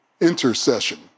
intercession